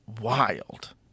wild